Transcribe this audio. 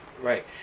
Right